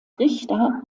richter